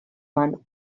mano